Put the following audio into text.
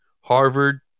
Harvard